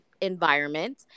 environment